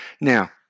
Now